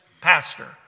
pastor